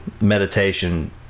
meditation